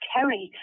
Kerry